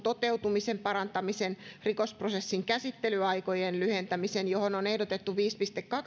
toteutumisen parantamisen ja rikosprosessin käsittelyaikojen lyhentämisen johon on ehdotettu viiden pilkku kahden